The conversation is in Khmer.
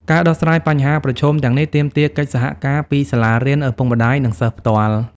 ការដោះស្រាយបញ្ហាប្រឈមទាំងនេះទាមទារកិច្ចសហការពីសាលារៀន ឪពុកម្តាយ និងសិស្សផ្ទាល់។